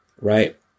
right